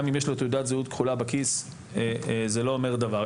גם אם יש לו תעודת זהות כחולה בכיס זה לא אומר דבר.